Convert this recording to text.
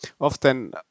often